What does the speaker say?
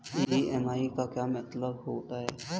EMI का क्या मतलब होता है?